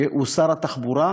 הוא שר התחבורה,